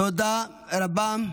תודה רבה.